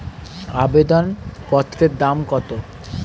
আবেদন পত্রের দাম কত?